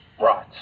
Right